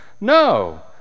no